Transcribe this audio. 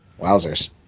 Wowzers